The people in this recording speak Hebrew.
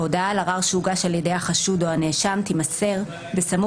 ההודעה על ערר שהוגש על ידי החשוד או הנאשם תימסר בסמוך